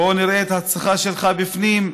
בוא נראה את ארצך שלך בפנים.